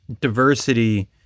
diversity